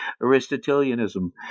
Aristotelianism